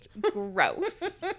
Gross